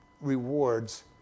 rewards